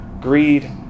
Greed